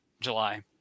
July